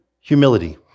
humility